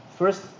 First